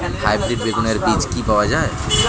Hybrid বেগুনের বীজ কি পাওয়া য়ায়?